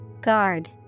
Guard